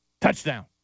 touchdown